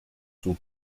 zur